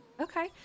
Okay